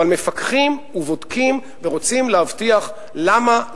אבל מפקחים ובודקים ורוצים להבטיח למה,